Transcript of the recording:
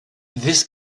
this